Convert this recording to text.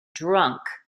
drunk